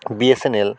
BSNL